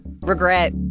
regret